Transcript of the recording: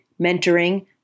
mentoring